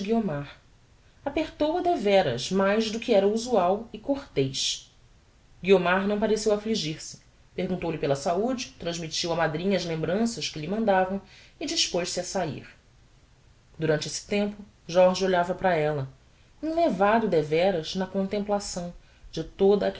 guiomar apertou-a deveras mais do que era usual e cortez guiomar não pareceu afligir se perguntou-lhe pela saude transmittiu á madrinha as lembranças que lhe mandavam e dispoz-se a sair durante esse tempo jorge olhava para ella enlevado deveras na contemplação de toda